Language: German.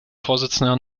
vorsitzender